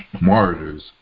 Martyrs